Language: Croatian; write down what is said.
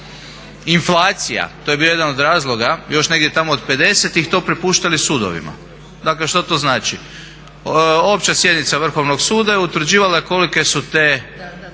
inflacija, to je bio jedan od razloga još negdje tamo od pedesetih to prepuštali sudovima. Dakle, što to znači? opća sjednica Vrhovnog suda je utvrđivala kolike su te